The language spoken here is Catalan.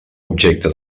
objecte